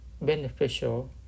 beneficial